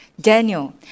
Daniel